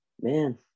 man